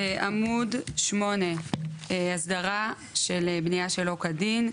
עמוד 8, הסדרה של בניה שלא כדין.